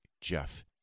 Jeff